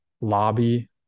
lobby